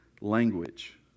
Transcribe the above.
language